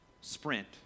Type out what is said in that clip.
sprint